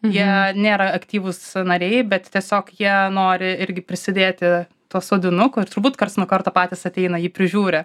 jie nėra aktyvūs nariai bet tiesiog jie nori irgi prisidėti to sodinuko ir turbūt karts nuo karto patys ateina jį prižiūri